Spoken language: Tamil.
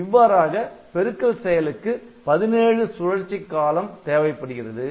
இவ்வாறாக பெருக்கல் செயலுக்கு 17 சுழற்சிக் காலம் தேவைப்படுகிறது